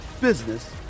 business